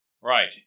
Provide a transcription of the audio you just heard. Right